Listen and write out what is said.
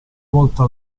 volta